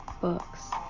books